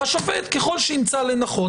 והשופט ככל שימצא לנכון,